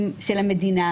של תשלומים,